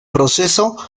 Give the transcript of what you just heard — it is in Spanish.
proceso